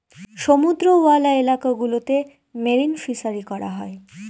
সমুদ্রওয়ালা এলাকা গুলোতে মেরিন ফিসারী করা হয়